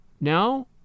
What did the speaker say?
now